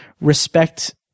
respect